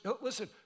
Listen